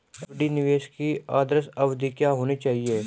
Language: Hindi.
एफ.डी निवेश की आदर्श अवधि क्या होनी चाहिए?